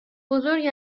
بزرگ